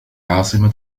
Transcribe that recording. عاصمة